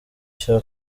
cya